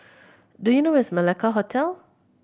do you know where is Malacca Hotel